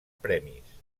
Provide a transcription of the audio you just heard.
premis